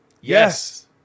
Yes